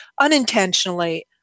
unintentionally